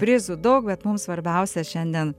prizų daug bet mums svarbiausia šiandien